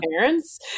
parents